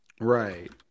Right